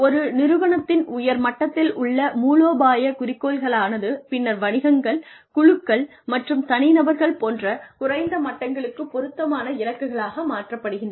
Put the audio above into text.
ஒரு நிறுவனத்தின் உயர் மட்டத்தில் உள்ள மூலோபாய குறிக்கோள்களானது பின்னர் வணிகங்கள் குழுக்கள் மற்றும் தனிநபர்கள் போன்ற குறைந்த மட்டங்களுக்கு பொருத்தமான இலக்குகளாக மாற்றப்படுகின்றன